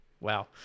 Wow